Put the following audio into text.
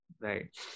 Right